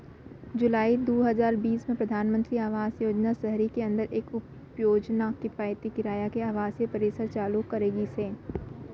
जुलाई दू हजार बीस म परधानमंतरी आवास योजना सहरी के अंदर एक उपयोजना किफायती किराया के आवासीय परिसर चालू करे गिस हे